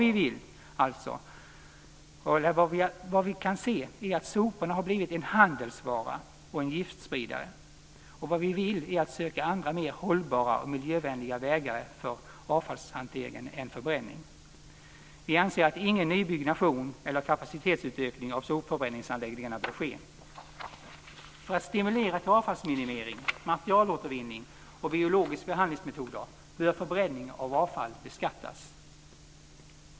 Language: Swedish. Vad vi alltså kan se är att sopor har blivit en handelsvara och en giftspridare. Vad vi vill är att söka mer hållbara och miljövänliga vägar för avfallshanteringen än förbränning. Vi anser att ingen nybyggnation eller kapacitetsutökning av sopförbränningsanläggningar bör ske. För att stimulera till avfallsminimering, materialåtervinning och biologiska behandlingsmetoder bör förbränning av avfall beskattas.